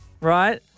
right